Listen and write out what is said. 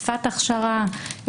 שפת הכשרה,